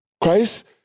Christ